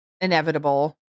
inevitable